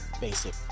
basic